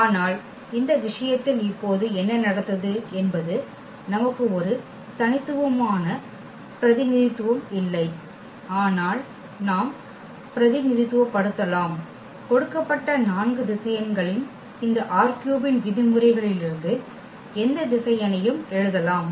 ஆனால் இந்த விஷயத்தில் இப்போது என்ன நடந்தது என்பது நமக்கு ஒரு தனித்துவமான பிரதிநிதித்துவம் இல்லை ஆனால் நாம் பிரதிநிதித்துவப்படுத்தலாம் கொடுக்கப்பட்ட நான்கு திசையன்களின் இந்த ℝ3 இன் விதிமுறைகளிலிருந்து எந்த திசையனையும் எழுதலாம்